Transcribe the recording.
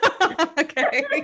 okay